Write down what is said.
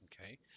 okay